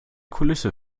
kulisse